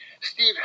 Steve